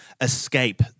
escape